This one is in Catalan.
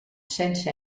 sense